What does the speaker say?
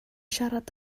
siarad